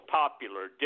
popular